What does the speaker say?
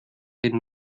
den